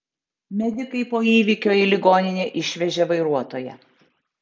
medikai po įvykio į ligoninę išvežė vairuotoją